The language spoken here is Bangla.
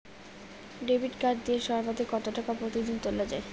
ডেবিট কার্ড দিয়ে সর্বাধিক কত টাকা প্রতিদিন তোলা য়ায়?